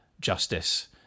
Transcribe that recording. justice